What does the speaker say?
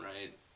right